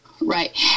Right